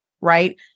right